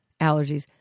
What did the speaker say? allergies